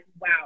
wow